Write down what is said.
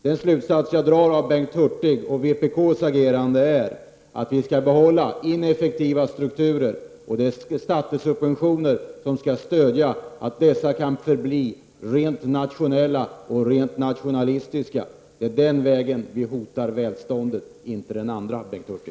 Den slutsats jag drar av Bengt Hurtigs och vpk:s agerande är att de menar att vi skall behålla ineffektiva strukturer och att det är skattesubventioner som skall se till att dessa kan förbli rent nationella och rent nationalistiska. Det är, Bengt Hurtig, genom att gå den vägen vi hotar välståndet, inte genom att välja den andra.